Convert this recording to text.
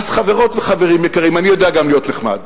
חברות וחברים יקרים, אני יודע גם להיות נחמד,